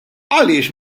għaliex